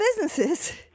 businesses